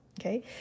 Okay